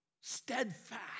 steadfast